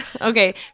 okay